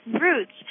roots